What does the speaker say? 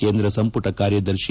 ಕೇಂದ್ರ ಸಂಪುಟ ಕಾರ್ಯದರ್ಶಿ